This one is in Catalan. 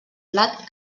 blat